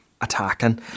attacking